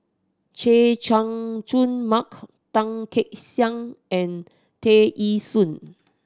Chay Jung Jun Mark Tan Kek Xiang and Tear Ee Soon